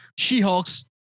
she-hulk's